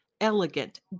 elegant